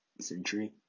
century